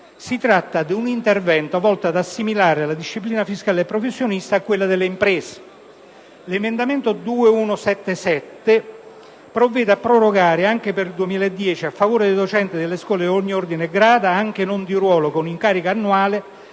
Si tratta di un intervento volto ad assimilare la disciplina fiscale del professionista a quella delle imprese. L'emendamento 2.177 provvede a prorogare anche per il 2010 a favore dei docenti delle scuole di ogni ordine e grado, anche non di ruolo, con incarico annuale,